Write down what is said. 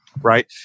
Right